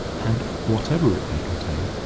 and whatever it may contain,